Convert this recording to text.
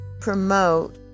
promote